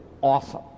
awesome